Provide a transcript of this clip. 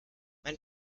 mein